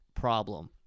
problem